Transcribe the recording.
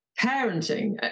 parenting